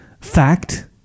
fact